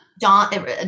John